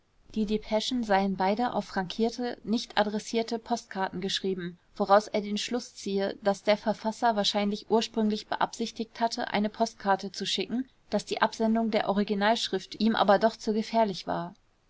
die depeschen seien beide auf frankierte nicht adressierte postkarten geschrieben woraus er den schluß ziehe daß der verfasser wahrscheinlich ursprünglich beabsichtigt hatte eine postkarte zu schicken daß die absendung der originalschrift ihm aber doch zu gefährlich war